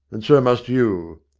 and so must you.